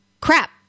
crap